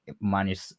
manage